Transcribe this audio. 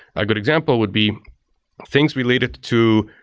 a good example would be things related to,